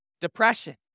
depression